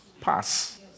pass